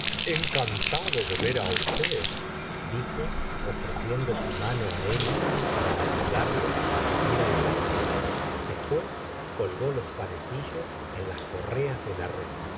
encantado de ver á usted dijo ofreciendo su la se ora de bov ary mano á emma pora ayudarle á subir á cla golondrina después colgó los panecillos en las correas de la red